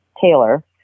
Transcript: Taylor